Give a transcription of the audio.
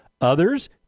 Others